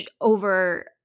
over